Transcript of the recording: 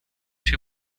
two